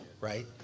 right